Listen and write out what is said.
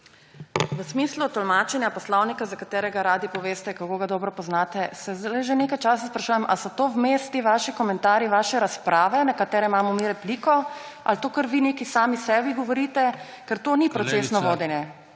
V smislu tolmačenja poslovnika, za katerega radi poveste, kako dobro ga poznate, se zdajle že nekaj časa sprašujem, ali so ti vaši komentarji vmes vaše razprave, na katere imamo mi repliko, ali to vi kar nekaj sami sebi govorite. Ker to ni procesno vodenje.